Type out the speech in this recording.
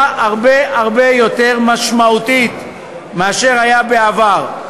הרבה הרבה יותר משמעותית מאשר היה בעבר.